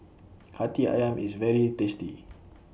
Hati Ayam IS very tasty